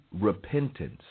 repentance